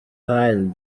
teil